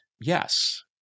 yes